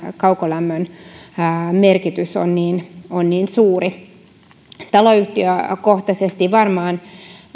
kaukolämmön merkitys on niin on niin suuri taloyhtiökohtaisesti varmaan